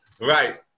right